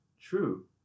true